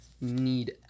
need